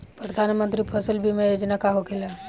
प्रधानमंत्री फसल बीमा योजना का होखेला?